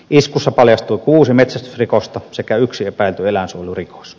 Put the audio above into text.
iskussa paljastui kuusi metsästysrikosta sekä yksi epäilty eläinsuojelurikos